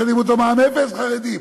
שואלים אותו מע"מ אפס, חרדים.